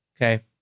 okay